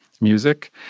music